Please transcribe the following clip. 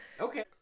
Okay